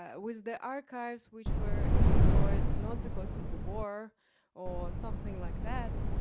ah with the archives, which were destroyed, not because of the war or something like that,